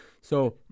So-